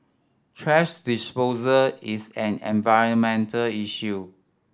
thrash disposal is an environmental issue